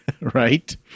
Right